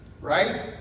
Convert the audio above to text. Right